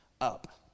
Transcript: up